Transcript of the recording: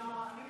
למה?